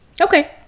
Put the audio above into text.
Okay